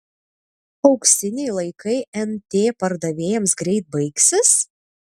auksiniai laikai nt pardavėjams greit baigsis